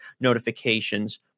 notifications